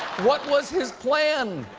what was his plan?